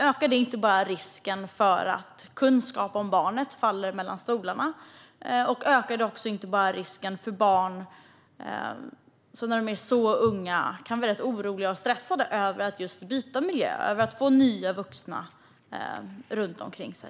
Ökar det inte bara risken för att kunskap om barnet faller mellan stolarna och för att unga barn blir oroliga och stressade över att byta miljö och få nya vuxna runt omkring sig?